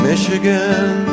Michigan